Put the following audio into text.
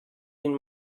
den